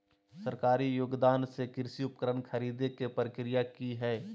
सरकारी योगदान से कृषि उपकरण खरीदे के प्रक्रिया की हय?